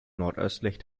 nordöstlich